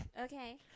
Okay